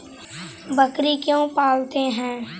बकरी क्यों पालते है?